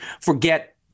forget